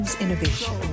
innovation